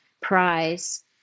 prize